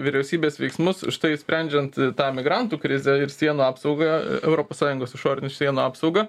vyriausybės veiksmus užtai sprendžiant tą migrantų krizę ir sienų apsaugą europos sąjungos išorinių sienų apsauga